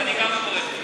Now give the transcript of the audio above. אז גם אני מברך אותו.